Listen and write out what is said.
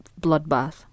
bloodbath